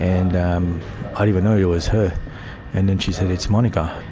and ah even know it was her and then she said, it's monika.